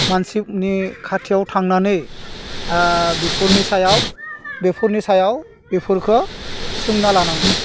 मानसिनि खाथियाव थांनानै बेफोरनि सायाव बेफोरनि सायाव बेफोरखौ सोंना लानांगौ